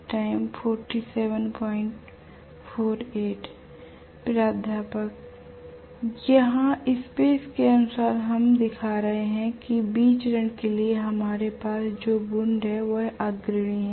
प्राध्यापक यहाँ स्पेस के अनुसार हम दिखा रहे हैं कि B चरण के लिए हमारे पास जो वुंड है वह अग्रणी है